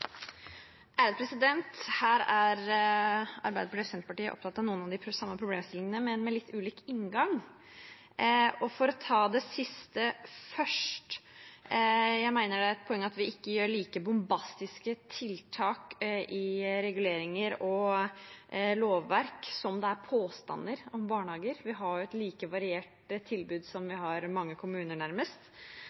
godt nok. Her er Arbeiderpartiet og Senterpartiet opptatt av noen av de samme problemstillingene, men med litt ulik inngang. For å ta det siste først: Jeg mener det er et poeng at vi ikke gjør like bombastiske tiltak i reguleringer og lovverk som det er påstander om barnehager. Vi har et like variert tilbud som vi har antall kommuner, nærmest.